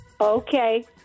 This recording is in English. Okay